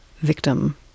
victim